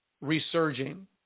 resurging